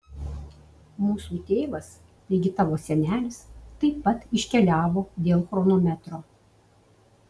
mūsų tėvas taigi tavo senelis taip pat iškeliavo dėl chronometro